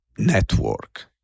network